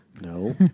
No